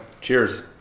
Cheers